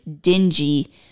dingy